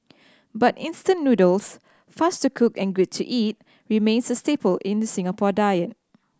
but instant noodles fast to cook and good to eat remains a staple in the Singapore diet